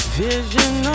vision